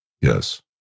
yes